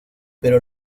pero